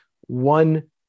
one